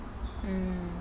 mm